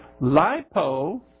Lipo